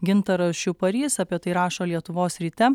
gintaras šiuparys apie tai rašo lietuvos ryte